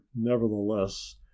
nevertheless